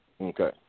okay